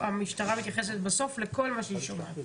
המשטרה מתייחסת בסוף לכל מה שהיא שומעת.